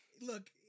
Look